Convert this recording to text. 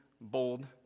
bold